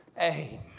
Amen